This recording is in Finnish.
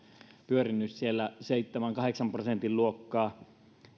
pyörinyt siellä seitsemän viiva kahdeksan prosentin luokassa